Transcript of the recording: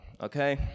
okay